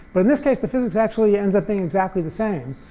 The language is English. but in this case, the physics actually ends up being exactly the same.